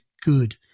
good